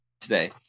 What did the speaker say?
today